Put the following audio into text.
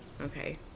Okay